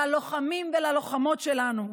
ללוחמים וללוחמות שלנו,